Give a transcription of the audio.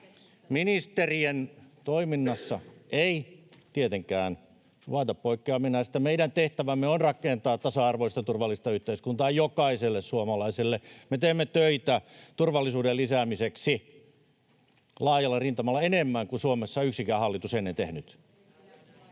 Ministerien toiminnassa ei tietenkään suvaita poikkeamia näistä. Meidän tehtävämme on rakentaa tasa-arvoista, turvallista yhteiskuntaa jokaiselle suomalaiselle. Me teemme töitä turvallisuuden lisäämiseksi laajalla rintamalla enemmän kuin Suomessa yksikään hallitus on ennen tehnyt.